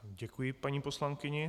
Děkuji paní poslankyni.